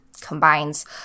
combines